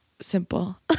simple